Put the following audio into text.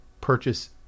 purchase